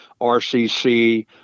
RCC